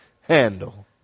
handle